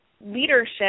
leadership